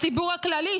הציבור הכללי,